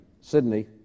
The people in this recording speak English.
Sydney